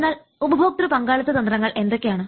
അതിനാൽ ഉപഭോക്തൃ പങ്കാളിത്ത തന്ത്രങ്ങൾ എന്തൊക്കെയാണ്